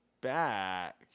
back